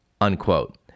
unquote